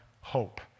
hope